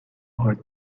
her